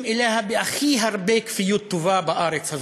אליה בהכי הרבה כפיות טובה בארץ הזאת.